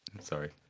Sorry